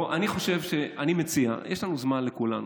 יש לנו זמן, לכולנו.